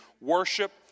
worship